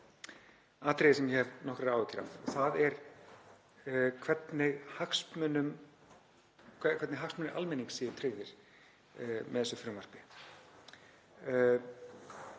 atriði sem ég hef nokkrar áhyggjur af og það er hvernig hagsmunir almennings séu tryggðir með þessu frumvarpi